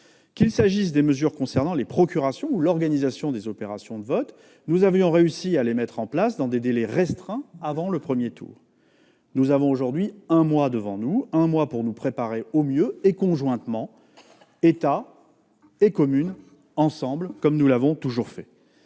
Qu'il s'agisse des mesures portant sur les procurations ou de celles qui concernent l'organisation des opérations de vote, nous avions réussi à les mettre en place dans des délais restreints avant le premier tour. Nous avons aujourd'hui un mois devant nous pour nous préparer au mieux, de manière conjointe entre État et communes, comme nous l'avons toujours fait.